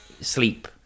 sleep